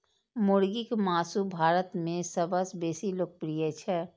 मुर्गीक मासु भारत मे सबसं बेसी लोकप्रिय छै